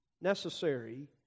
necessary